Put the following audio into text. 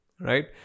right